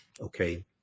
Okay